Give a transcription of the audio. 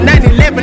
9-11